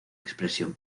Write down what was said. expresión